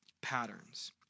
patterns